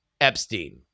Epstein